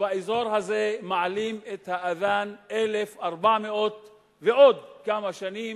שבאזור הזה מעלים את האַזַאן 1,400 ועוד כמה שנים,